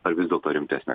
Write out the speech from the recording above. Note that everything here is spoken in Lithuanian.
ar vis dėlto rimtesnė